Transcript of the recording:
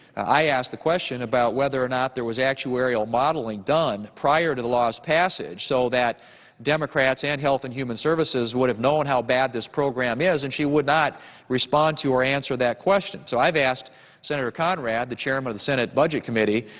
i asked the question about whether or not there was actuarial modeling done prior to the lost passage so that democrats and health and human services would have known how bad this program yeah is, and she would not respond to or answer that question. so i have asked senator conrad, the chairman of the and senate budget committee,